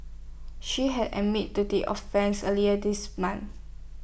she had admitted to the offences earlier this month